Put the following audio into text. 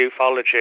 ufology